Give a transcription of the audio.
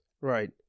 right